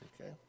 okay